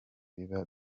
biba